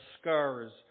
scars